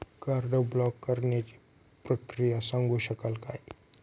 Card block करण्याची प्रक्रिया सांगू शकाल काय?